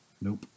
Nope